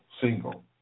single